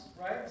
right